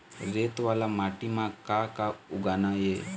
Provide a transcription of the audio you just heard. रेत वाला माटी म का का उगाना ये?